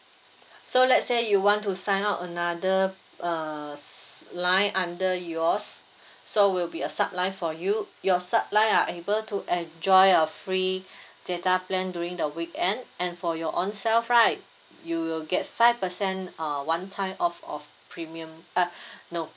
so let's say you want to sign up another err s~ line under yours so will be a sub line for you your sub line are able to enjoy a free data plan during the weekend and for your own self right you will get five percent uh one time off of premium uh no